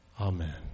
Amen